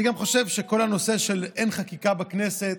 אני גם חושב שכל הנושא שאין חקיקה בכנסת,